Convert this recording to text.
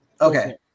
Okay